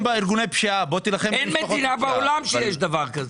אין מדינה בעולם שיש דבר כזה.